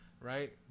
right